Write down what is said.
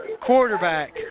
Quarterback